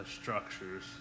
structures